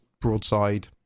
broadside